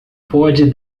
pode